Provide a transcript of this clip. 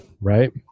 Right